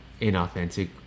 inauthentic